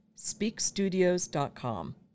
speakstudios.com